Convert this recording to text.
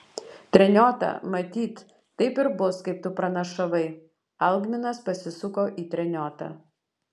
treniota matyt taip ir bus kaip tu pranašavai algminas pasisuko į treniotą